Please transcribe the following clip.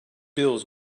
bills